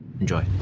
Enjoy